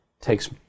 takes